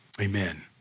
Amen